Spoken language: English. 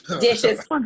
Dishes